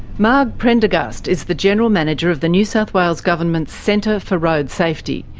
marg prendergast is the general manager of the new south wales government's centre for road safety.